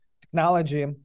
technology